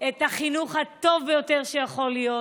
את החינוך הטוב ביותר שיכול להיות,